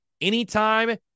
anytime